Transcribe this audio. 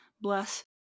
bless